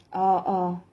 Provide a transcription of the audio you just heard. orh orh